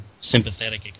sympathetic